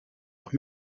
auch